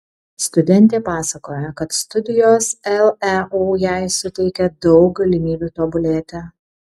studentė pasakoja kad studijos leu jai suteikia daug galimybių tobulėti